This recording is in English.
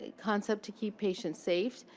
concept to keep patients safe,